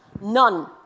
None